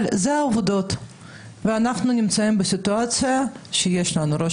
אבל אלה העובדות ואנחנו נמצאים בסיטואציה בה יש לנו ראש